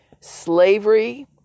slavery